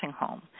home